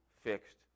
fixed